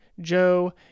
Joe